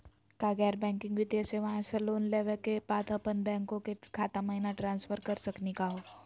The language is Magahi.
का गैर बैंकिंग वित्तीय सेवाएं स लोन लेवै के बाद अपन बैंको के खाता महिना ट्रांसफर कर सकनी का हो?